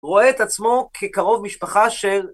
רואה את עצמו כקרוב משפחה של...